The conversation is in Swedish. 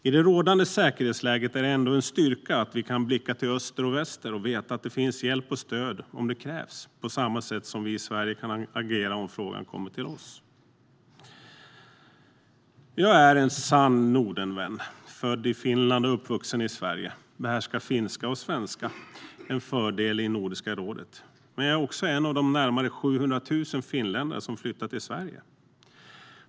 I det rådande säkerhetsläget är det ändå en styrka att vi kan blicka till öster och väster och veta att det finns hjälp och stöd om det krävs, på samma sätt som vi i Sverige kan agera om frågan kommer till oss. Jag är en sann Nordenvän, född i Finland och uppvuxen i Sverige. Jag behärskar finska och svenska, en fördel i Nordiska rådet, men jag är också en av de närmare 700 000 finländare som flyttat till Sverige.